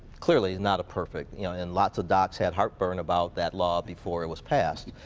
clearly is not perfect you know and lots of docs have heartburn about that law before it was passed,